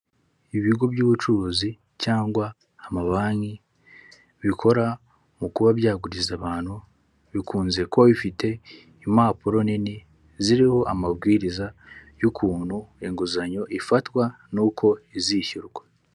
Ibigo by'ubucuruzi cyangwa amabanki bikora mu kuba byaguriza abantu bikunze kuba bifite impapuro nini ziriho amabwiriza y'ukuntu inguzanyo ifatwa n'uko izishyurwa.